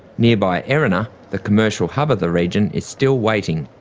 nearby erina, the commercial hub of the region, is still waiting.